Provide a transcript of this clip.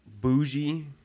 bougie